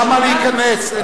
למה להיכנס?